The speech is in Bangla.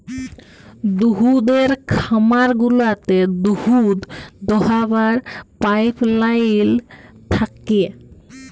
দুহুদের খামার গুলাতে দুহুদ দহাবার পাইপলাইল থ্যাকে